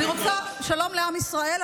שלום לעם ישראל,